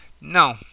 No